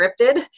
scripted